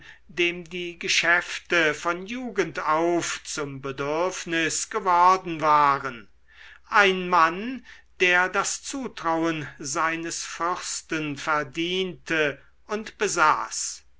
dem die geschäfte von jugend auf zum bedürfnis geworden waren ein mann der das zutrauen seines fürsten verdiente und besaß